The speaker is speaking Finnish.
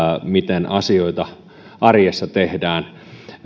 miten asioita arjessa tehdään